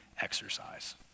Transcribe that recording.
exercise